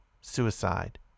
suicide